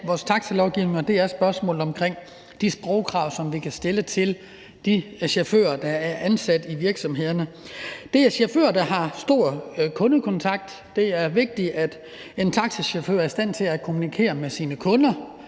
vores taxalovgivning, og det er spørgsmålet om de sprogkrav, som vi kan stille til de chauffører, der er ansat i virksomhederne. Det er chauffører, der har omfattende kundekontakt, og det er vigtigt, at en taxachauffør er i stand til at kommunikere med sine kunder,